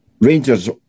Rangers